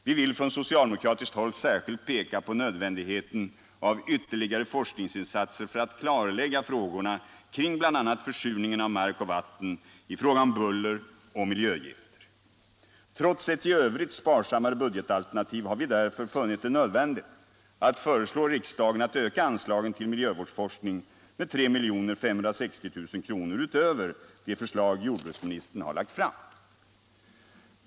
Vi vill från socialdemokratiskt håll särskilt peka på nödvändigheten av ytterligare forskningsinsatser för att klarlägga frågorna om bl.a. försurningen av mark och vatten samt problemen med buller och miljögifter. Trots ett i övrigt sparsammare budgetalternativ har vi därför funnit det nödvändigt att föreslå riksdagen att öka anslagen till miljövårdsforskning med 3 560 000 kr. utöver det som jordbruksministern har föreslagit.